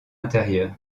intérieure